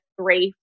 three